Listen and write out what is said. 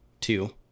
two